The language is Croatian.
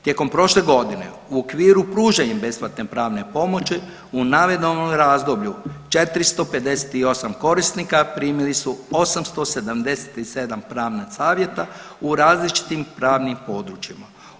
Tijekom prošle godine u okviru pružanja besplatne prave pomoći u navedenom razdoblju 458 korisnika primili su 877 pravna savjeta u različitim pravnim područjima.